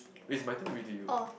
is my turn to be with you